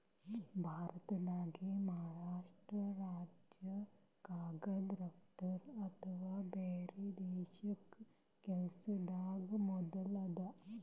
ಭಾರತ್ದಾಗೆ ಮಹಾರಾಷ್ರ್ಟ ರಾಜ್ಯ ಕಾಗದ್ ರಫ್ತು ಅಥವಾ ಬ್ಯಾರೆ ದೇಶಕ್ಕ್ ಕಲ್ಸದ್ರಾಗ್ ಮೊದುಲ್ ಅದ